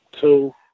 Two